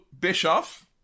Bischoff